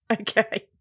Okay